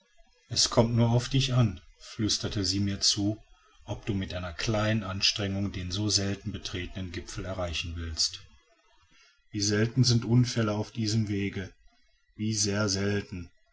es kommt nur auf dich an flüsterten sie mir zu ob du mit einer kleinen anstrengung den so selten betretenen gipfel erreichen willst wie selten sind unfälle auf diesem wege wie sehr selten